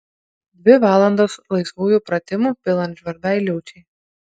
dvi valandos laisvųjų pratimų pilant žvarbiai liūčiai